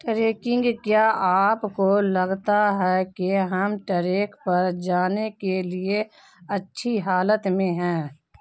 tracking کیا آپ کو لگتا ہے کہ ہم ٹریک پر جانے کے لیے اچھی حالت میں ہیں